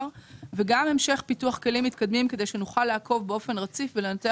וגם המשך פיתוח כלים מתקדמים כדי שנוכל לעקוב באופן רציף ולנתח